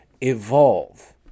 evolve